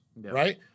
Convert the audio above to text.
right